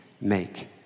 make